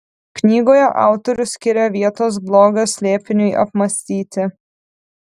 knygoje autorius skiria vietos blogio slėpiniui apmąstyti